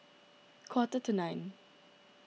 quarter to nine